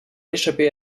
échapper